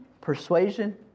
persuasion